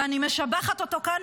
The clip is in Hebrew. ואני משבחת אותו כאן,